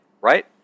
right